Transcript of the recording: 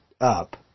up